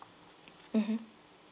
mmhmm